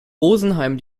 rosenheim